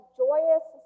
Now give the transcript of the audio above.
joyous